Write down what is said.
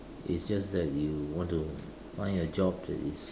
is just that you want to find a job that is